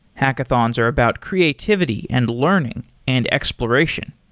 hackathons are about creativity and learning and exploration.